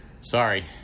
sorry